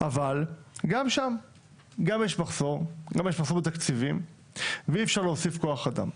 אבל גם שם יש מחסור בתקציבים ואי אפשר להוסיף כוח אדם.